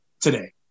today